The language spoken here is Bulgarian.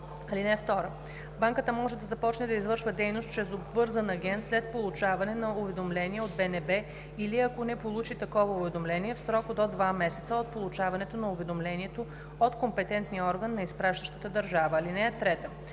(2) Банката може да започне да извършва дейност чрез обвързан агент след получаване на уведомление от БНБ или ако не получи такова уведомление – в срок до два месеца от получаването на уведомлението от компетентния орган на изпращащата държава. (3)